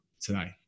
today